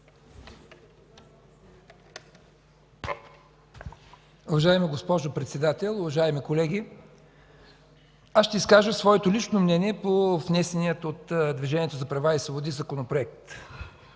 Уважаема госпожо Председател, уважаеми колеги! Ще изкажа своето лично мнение по внесения от Движението за права и свободи Законопроект.